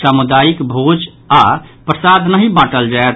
सामुदायिक भोज आओर प्रसाद नहि बांटल जायत